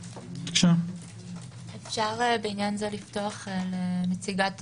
אפשר לפתוח את הזום לעו"ד